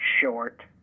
short